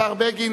השר בגין,